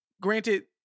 granted